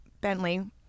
Bentley